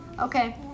Okay